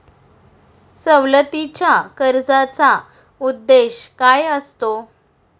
सवलतीच्या कर्जाचा उद्देश काय असतो?